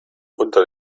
unter